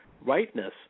rightness